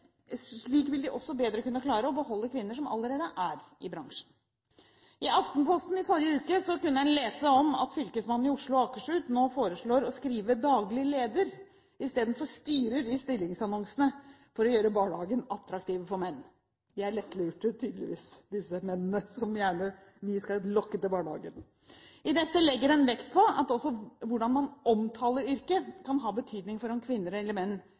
Slik vil de også bedre kunne klare å beholde kvinner som allerede er i bransjen. I Aftenposten i forrige uke kunne en lese om at Fylkesmannen i Oslo og Akershus nå foreslår å skrive «daglig leder» i stedet for «styrer» i stillingsannonsene for å gjøre barnehagene attraktive for menn – de er tydeligvis lettlurte, disse mennene, som vi gjerne vil lokke til barnehagene. I dette legger en også vekt på at hvordan man omtaler yrket, kan ha betydning for om kvinner eller menn